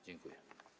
Dziękuję.